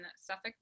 Suffolk